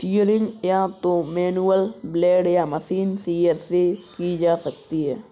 shearing या तो manual blade या मशीन शीयर से की जा सकती है